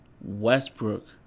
Westbrook